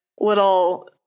little